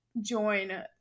join